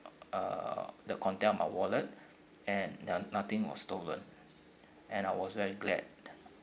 uh the content of my wallet and nothing was stolen and I was very glad